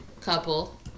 couple